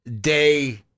day